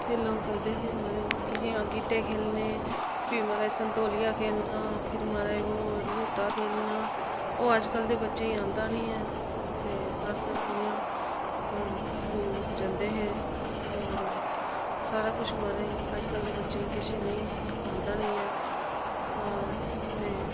खेलां करदे हे म्हाराज गीह्टे खेलने फ्ही म्हाराज संतोलिया खेलना फिर म्हाराज ओ लूता खेलना ओह् अजकल्ल दे बच्चें गी औंदा नेईं ऐ ते अस इ'यां स्कूल जंदे हे और सारा कुछ म्हाराज अजकल्ल दे बच्चे किश इ'नें गी औंदा निं ऐ हां ते